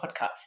podcast